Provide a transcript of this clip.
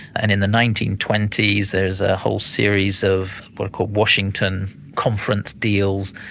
and in the nineteen twenty s there's a whole series of what are called washington conference deals,